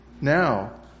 now